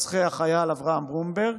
רוצחי החייל אברהם ברומברג,